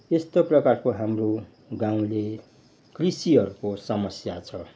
यस्तो प्रकारको हाम्रो गाउँले कृषिहरूको समस्या छ